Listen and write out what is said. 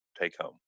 take-home